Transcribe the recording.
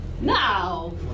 now